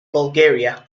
bulgaria